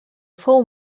fou